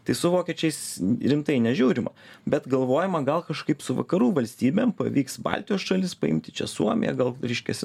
tai su vokiečiais rimtai nežiūrima bet galvojama gal kažkaip su vakarų valstybėm pavyks baltijos šalis paimti čia suomiją gal reiškiasi